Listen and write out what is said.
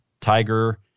Tiger